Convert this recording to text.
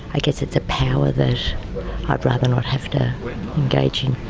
i guess it's a power that i'd rather not have to engage in.